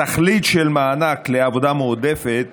התכלית של מענק עבודה מועדפת